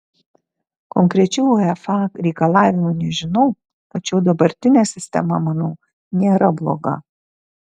konkrečių uefa reikalavimų nežinau tačiau dabartinė sistema manau nėra bloga